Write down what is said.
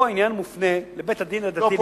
פה העניין מופנה לבית-הדין הדתי.